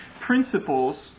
principles